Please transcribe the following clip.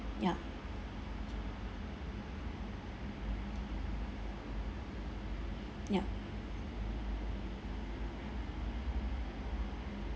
ya ya